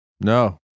No